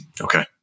okay